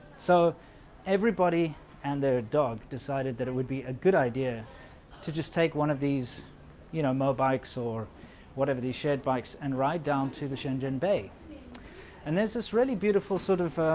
so everybody and their dog decided that it would be a good idea to just take one of these you know mow bikes or whatever these shared bikes and ride down to the jin jin bay and there's this really beautiful sort of